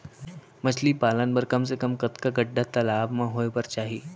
मछली पालन बर कम से कम कतका गड्डा तालाब म होये बर चाही?